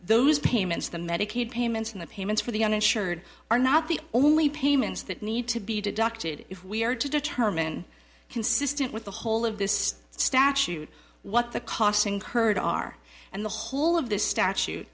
those payments the medicaid payments and the payments for the uninsured are not the only payments that need to be deducted if we are to determine consistent with the whole of this statute what the costs incurred are and the whole of this statute